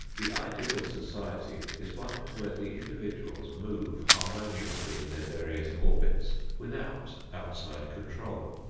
the ideal society is one where the individuals move harmoniously in their various orbits without outside control.